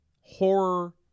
horror